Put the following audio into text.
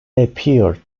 appeared